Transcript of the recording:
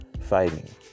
fighting